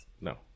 No